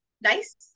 nice